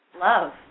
love